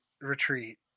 retreat